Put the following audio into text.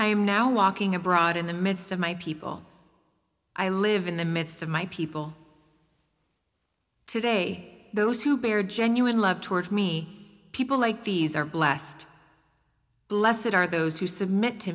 am now walking a bride in the midst of my people i live in the midst of my people today those who bear genuine love towards me people like these are blast blessid are those who submit to